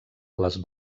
les